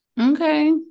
Okay